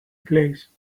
place